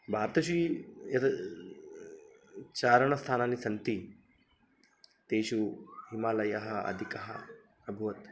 तादृशं यद् चारणस्थानानि सन्ति तेषु हिमालयः अधिकः अभवत्